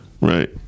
Right